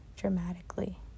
dramatically